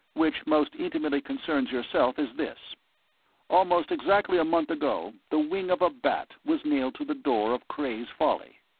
which most intimately concerns yourself is this almost exactly a month ago the wing of a bat was nailed to the door of cray's folly.